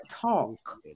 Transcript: talk